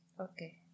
Okay